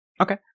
Okay